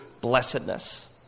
blessedness